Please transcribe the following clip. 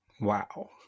Wow